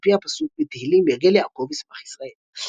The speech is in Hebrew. פי הפסוק בתהילים "יגל יעקב ישמח ישראל".